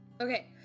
okay